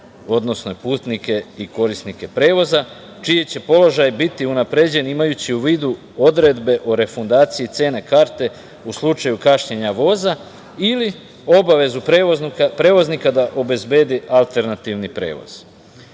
odnosno putnike i korisnike prevoza, čiji će položaj biti unapređen, imajući u vidu odredbe o refundaciji cene karte u slučaju kašnjenja voza ili obavezu prevoznika da obezbedi alternativni prevoz. Sa